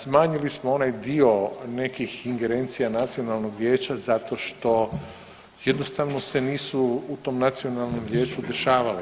Smanjili smo onaj dio nekih ingerencija Nacionalnog vijeća zato što jednostavno se nisu u tom Nacionalnom vijeću dešavale.